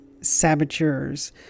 saboteurs